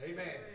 Amen